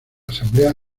asamblea